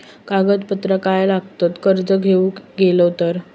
कागदपत्रा काय लागतत कर्ज घेऊक गेलो तर?